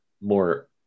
more